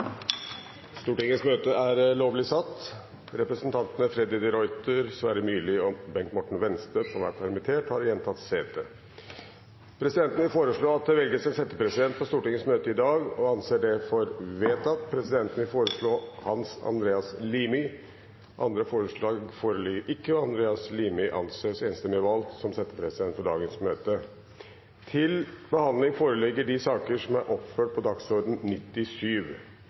Stortingets møte i dag – og anser det som vedtatt. Presidenten vil foreslå Hans Andreas Limi. – Andre forslag foreligger ikke, og Hans Andreas Limi anses enstemmig valgt som settepresident for dagens møte. Før sakene på dagens kart tas opp til behandling,